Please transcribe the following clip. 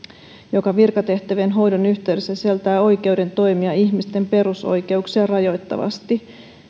joka virkatehtävien hoidon yhteydessä sisältää oikeuden toimia ihmisten perusoikeuksia rajoittavasti